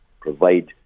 provide